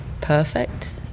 perfect